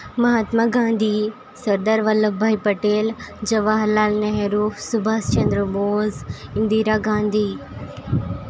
Mahatma Gandhi Sardar Vallabhbhai Patel Jawaharlal Nehru Subhashchandra Bose Indira Gandhi